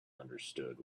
understood